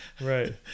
Right